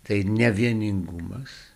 tai nevieningumas